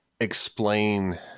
explain